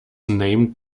named